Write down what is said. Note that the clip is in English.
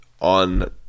on